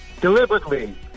deliberately